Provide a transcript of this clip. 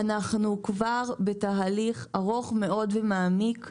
אנחנו כבר בתהליך ארוך ומעמיק מאוד,